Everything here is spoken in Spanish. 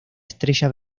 estrella